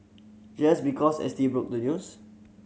just because S T broke the news